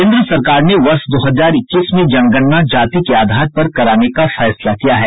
केन्द्र सरकार ने वर्ष दो हजार इक्कीस में जनगणना जाति के आधार पर कराने का फैसला किया है